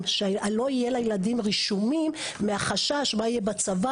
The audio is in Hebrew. שלא יהיה לילדים רישומים מהחשש מה יהיה בצבא,